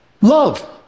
Love